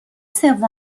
سوم